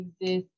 exist